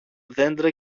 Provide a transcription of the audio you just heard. δέντρα